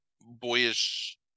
boyish